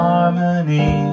Harmony